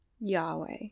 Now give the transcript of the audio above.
Yahweh